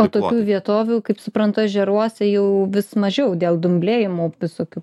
o tokių vietovių kaip suprantu ežeruose jau vis mažiau dėl dumblėjimų visokių